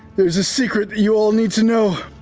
there's a secret you all need to know,